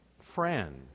Friend